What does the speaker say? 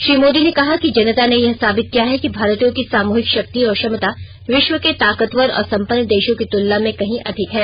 श्री मोदी ने कहा कि जनता ने यह साबित किया है कि भारतीयों की सामूहिक शक्ति और क्षमता विश्व के ताकतवर और सम्पन्न देशों की तुलना में कहीं अधिक है